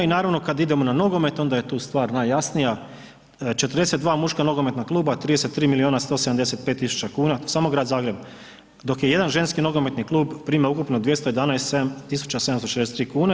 I naravno kada idemo na nogomet onda je tu stvar najjasnija 42 muška nogometna kluba 33 milijuna 175 tisuća kuna samo Grad Zagreb, dok je jedan ženski nogometni klub prima ukupno 211 tisuća 763 kune.